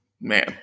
Man